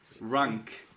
Rank